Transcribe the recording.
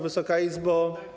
Wysoka Izbo!